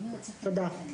תודה.